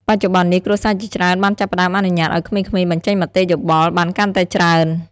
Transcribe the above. បច្ចុប្បន្ននេះ គ្រួសារជាច្រើនបានចាប់ផ្ដើមអនុញ្ញាតឲ្យក្មេងៗបញ្ចេញមតិយោបល់បានកាន់តែច្រើន។